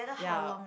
ya